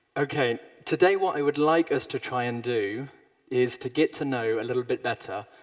okay, today what i would like us to try and do is to get to know, a little bit better,